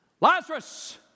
Lazarus